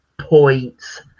points